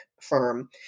firm